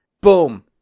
Boom